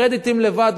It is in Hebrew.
קרדיטים לבד,